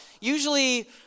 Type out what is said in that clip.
usually